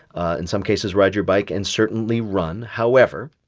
ah in some cases ride your bike and certainly run. however,